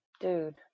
dude